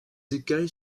écailles